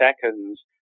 seconds